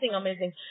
amazing